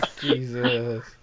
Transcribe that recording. Jesus